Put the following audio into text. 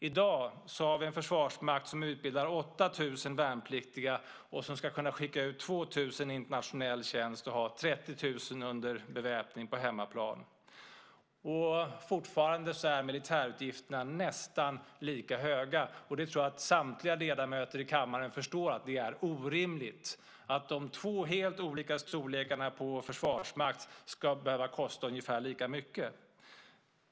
I dag har vi en försvarsmakt som utbildar 8 000 värnpliktiga och som ska kunna skicka ut 2 000 i internationell tjänst och ha 30 000 under beväpning på hemmaplan. Och fortfarande är militärutgifterna nästan lika höga! Jag tror att samtliga ledamöter i kammaren förstår att det är orimligt att dessa två helt olika storlekar på försvarsmakt ska behöva kosta ungefär lika mycket.